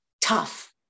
tough